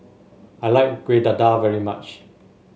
I like Kueh Dadar very much